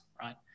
right